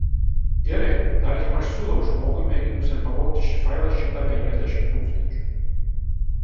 gerai tarkim aš siūlau žmogui mėginusiam pavogti šį failą šimtą penkiasdešimt tūkstančių